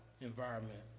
environment